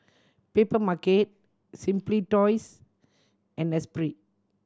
Papermarket Simply Toys and Esprit